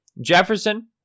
jefferson